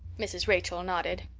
mrs. rachel nodded.